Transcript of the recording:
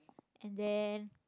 and then